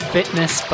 Fitness